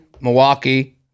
Milwaukee